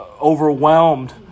overwhelmed